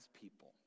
people